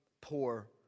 poor